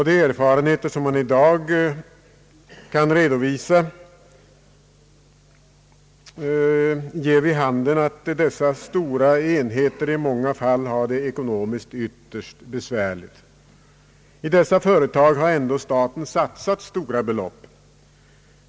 De erfarenheter man i dag kan redovisa ger vid handen att dessa stora enheter i många fall har det ekonomiskt ytterst besvärligt. I dessa företag har staten ändå satsat stora belopp.